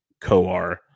Coar